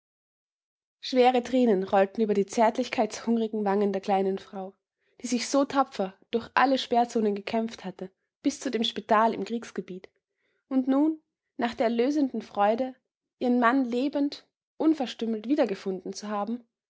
schwere tränen rollten über die zärtlichkeitshungrigen wangen der kleinen frau die sich so tapfer durch alle sperrzonen gekämpft hatte bis zu dem spital im kriegsgebiet und nun nach der erlösenden freude ihren mann lebend unverstümmelt wiedergefunden zu haben